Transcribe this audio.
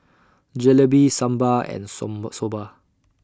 Jalebi Sambar and Soba